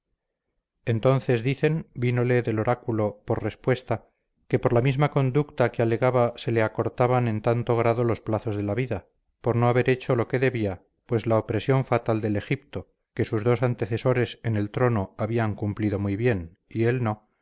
entonces dicen vínole del oráculo por respuesta que por la misma conducta que alegaba se le acortaban en tanto grado los plazos de la vida por no haber hecho lo que debía pues la opresión fatal del egipto que sus dos antecesores en el trono habían cumplido muy bien y él no